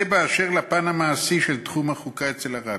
זה באשר לפן המעשי של תחום החוקה אצל הרבי.